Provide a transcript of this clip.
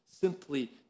simply